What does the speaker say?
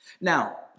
Now